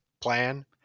plan